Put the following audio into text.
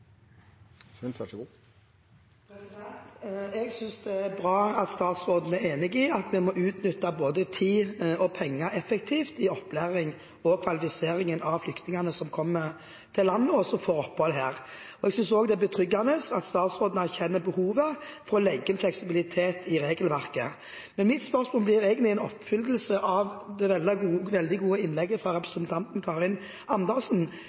bra at statsråden er enig i at vi må utnytte både tid og penger effektivt i opplæringen og kvalifiseringen av flyktningene som kommer til landet, og som får opphold her. Jeg synes også det er betryggende at statsråden erkjenner behovet for å legge inn fleksibilitet i regelverket. Men mitt spørsmål blir egentlig en oppfølging av det veldig gode innlegget fra representanten Karin Andersen,